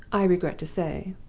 i regret to say,